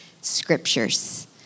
scriptures